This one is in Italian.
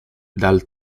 dal